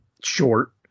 short